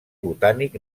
botànic